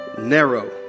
narrow